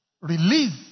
release